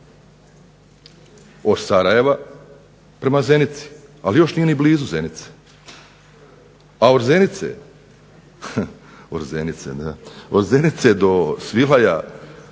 Od Sarajeva prema Zenici, ali još nije ni blizu Zenice. A od Zenice do Svilaja